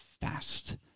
fast